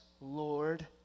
Lord